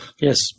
Yes